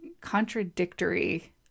contradictory